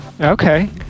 Okay